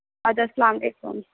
اَدٕ حظ اَسلامُ علیکُم